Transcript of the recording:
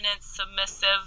submissive